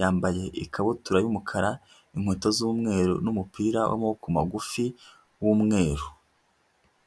yambaye ikabutura y'umukara, inkweto z'umweru n'umupira w'amaboko magufi w'umweru.